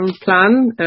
plan